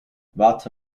warte